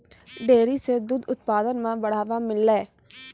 dairy सें दूध उत्पादन म बढ़ावा मिललय